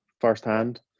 firsthand